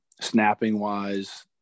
Snapping-wise